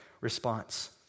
response